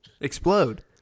Explode